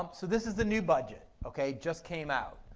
um so this is the new budget, okay? just came out.